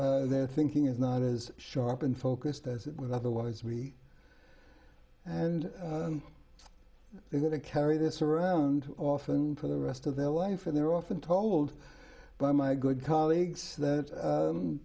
their thinking is not as sharp and focused as it would otherwise be and they're going to carry this around often for the rest of their life and they're often told by my good colleagues that